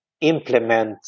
implement